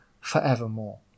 forevermore